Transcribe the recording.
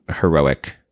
heroic